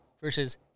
versus